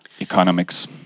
economics